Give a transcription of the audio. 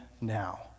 now